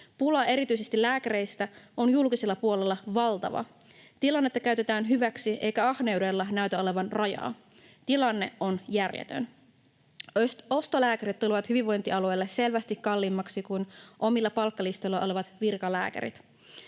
Pula erityisesti lääkäreistä on julkisella puolella valtava. Tilannetta käytetään hyväksi, eikä ahneudella näytä olevan rajaa. Tilanne on järjetön. Ostolääkärit tulevat hyvinvointialueille selvästi kalliimmaksi kuin omilla palkkalistoilla olevat virkalääkärit.